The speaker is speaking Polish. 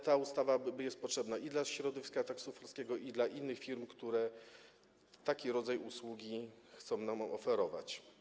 Ta ustawa jest potrzebna i dla środowiska taksówkarskiego, i dla innych firm, które taki rodzaj usługi chcą nam oferować.